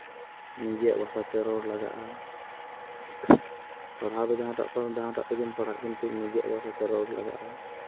ᱱᱤᱡᱮᱨᱟᱜ ᱵᱷᱟᱥᱟᱛᱮ ᱨᱚᱲ ᱞᱟᱜᱟᱜᱼᱟ ᱯᱟᱲᱦᱟᱣ ᱫᱚ ᱡᱟᱦᱟᱸᱴᱟᱜ ᱛᱮᱜᱮᱢ ᱯᱟᱲᱦᱟᱜ ᱠᱤᱱᱛᱩ ᱱᱤᱡᱮᱭᱟᱜ ᱵᱷᱟᱥᱟᱛᱮ ᱨᱚᱲ ᱞᱟᱜᱟᱜᱼᱟ